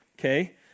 okay